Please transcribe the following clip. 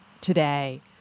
today